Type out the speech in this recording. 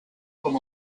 com